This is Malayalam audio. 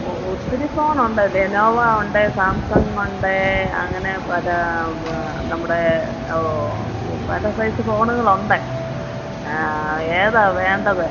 ഓഹ് ഒത്തിരി ഫോണുണ്ട് ലെനോവ ഉണ്ട് സാംസങ്ങുണ്ട് അങ്ങനെ അത് നമ്മുടെ ഈ പല സൈസ് ഫോണുകളുണ്ട് ഏതാണ് വേണ്ടത്